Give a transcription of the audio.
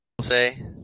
say